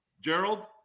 Gerald